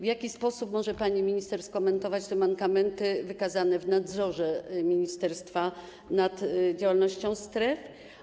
W jaki sposób może pani minister skomentować te mankamenty wykazane w nadzorze ministerstwa nad działalnością stref?